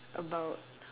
about